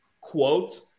quote